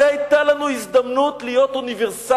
הרי היתה לנו הזדמנות להיות אוניברסליים,